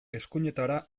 eskuinetara